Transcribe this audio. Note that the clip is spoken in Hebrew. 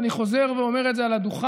ואני חוזר ואומר את זה על הדוכן: